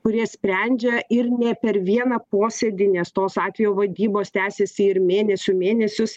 kurie sprendžia ir ne per vieną posėdį nes tos atvejo vadybos tęsiasi ir mėnesių mėnesius